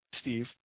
Steve